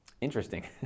Interesting